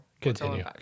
Continue